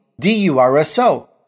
D-U-R-S-O